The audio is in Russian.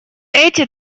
эти